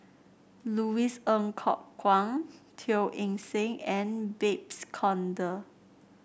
Louis Ng Kok Kwang Teo Eng Seng and Babes Conde